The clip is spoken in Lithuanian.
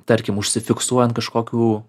tarkim užsifiksuojant kažkokių